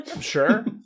Sure